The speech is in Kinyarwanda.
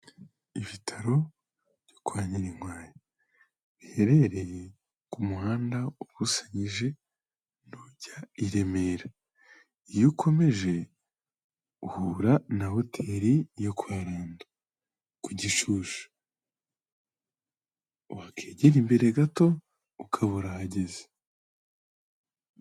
Ibitaro byo kwa Nyirinkwaya, biherereye ku muhanda ubusanyije n'ujya i Remera, iyo ukomeje uhura na hoteli yo kwa Rando ku Gishushu, wakegera imbere gato ukaba urahageze.